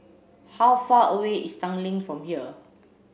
how far away is Tanglin from here